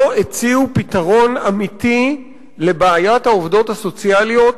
לא הציעו פתרון אמיתי לבעיית העובדות הסוציאליות